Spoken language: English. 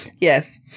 Yes